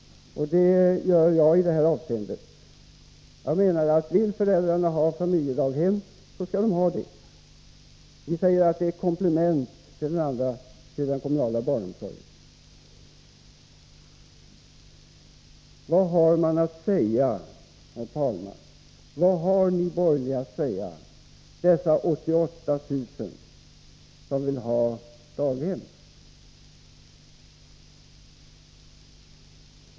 Vill föräldrarna ha familjedaghem skall de ha det. Vi säger att familjedaghemmen är ett komplement till de kommunala daghemmen. Den fråga man då ställer sig är: Vad har ni borgerliga att säga till dessa 88 000 familjer som vill ha daghem?